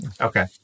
Okay